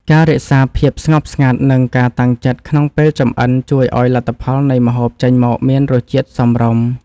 ការរក្សាភាពស្ងប់ស្ងាត់និងការតាំងចិត្តក្នុងពេលចម្អិនជួយឱ្យលទ្ធផលនៃម្ហូបចេញមកមានរសជាតិសមរម្យ។